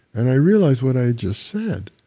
and i realized what i just said.